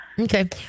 Okay